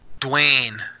Dwayne